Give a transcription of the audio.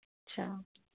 अच्छा